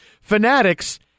Fanatics